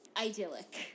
idyllic